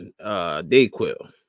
Dayquil